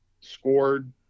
scored